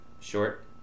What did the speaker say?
Short